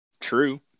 true